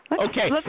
Okay